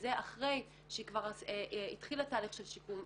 וזה אחרי שהיא כבר התחילה תהליך של שיקום,